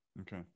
Okay